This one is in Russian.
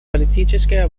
политическая